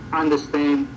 understand